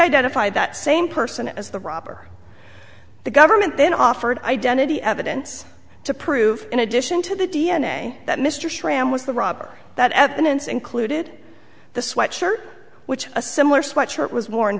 identified that same person as the robber the government then offered identity evidence to prove in addition to the d n a that mr schramm was the robber that evidence included the sweat shirt which a similar sweatshirt was born th